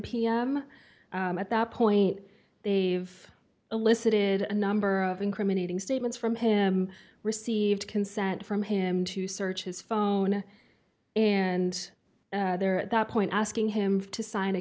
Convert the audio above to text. pm at that point they've elicited a number of incriminating statements from him received consent from him to search his phone and there at that point asking him to sign a